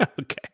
Okay